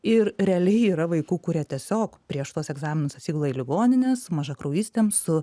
ir realiai yra vaikų kurie tiesiog prieš tuos egzaminus atsigula į ligonines mažakraujystėm su